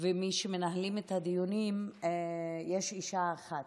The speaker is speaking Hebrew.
ומי שמנהלים את הדיונים יש אישה אחת.